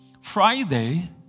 Friday